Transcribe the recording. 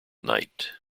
night